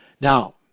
Now